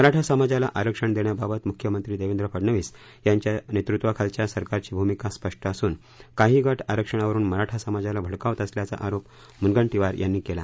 मराठा समाजाला आरक्षण देण्याबाबत मुख्यमंत्री देवेंद्र फडनवीस यांच्या नेतृत्वाखालच्या सरकारची भूमिका स्पष्ट असून काही गट आरक्षणावरून मराठा समाजाला भडकवत असल्याचा आरोप मुनगंटीवार यांनी केला